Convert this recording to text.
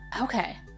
Okay